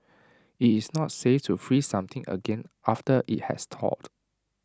IT is not safe to freeze something again after IT has thawed